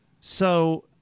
So-